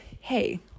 hey